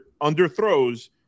underthrows